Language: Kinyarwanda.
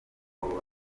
abo